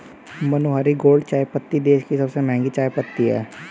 मनोहारी gold चायपत्ती देश की सबसे महंगी चायपत्ती है